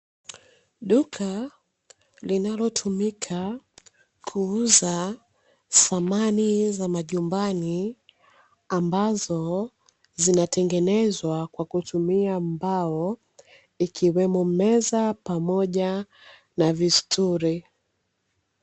Duka linalotumika kuuza samani za majumbani, ambazo zinatengenezwa kwa kutumia mbao, ikiwemo meza pamoja na visturi.